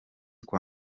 bya